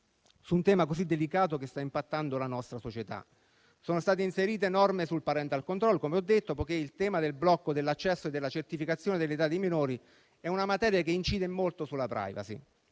su un tema così delicato che sta impattando la nostra società. Sono state inserite norme sul *parental control* - come ho detto - poiché il tema del blocco dell'accesso e della certificazione dell'età dei minori è una materia che incide molto sulla *privacy*.